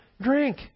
drink